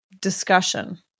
discussion